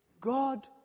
God